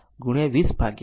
તેથી તે 53 સેકન્ડ